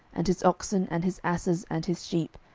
and his oxen, and his asses, and his sheep,